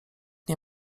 nie